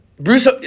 Bruce